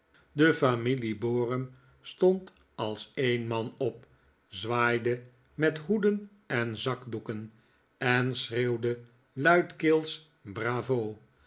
de familie borum stond als een man op zwaaide met hoeden en zakdoeken en schreeuwde luidkeels bravo